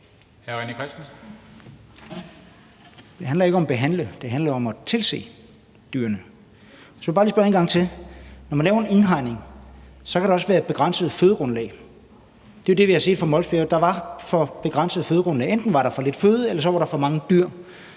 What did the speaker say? Det handler ikke om at behandle, det handler om at tilse dyrene. Så jeg vil bare lige spørge en gang til: Når man laver en indhegning, så kan der også være et begrænset fødegrundlag. Det er jo det, vi har set fra Mols Bjerge. Der var et for begrænset fødegrundlag, enten var der for lidt føde, eller også var der for mange dyr.